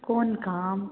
कोन काम